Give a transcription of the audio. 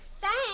Thanks